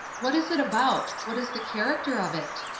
what is it about? what is the character of it?